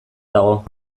dago